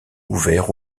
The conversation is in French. ouvert